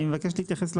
אני מבקש להתייחס.